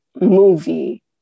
movie